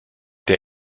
der